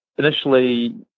Initially